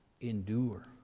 endure